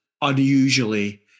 unusually